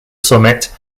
summit